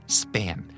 span